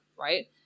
right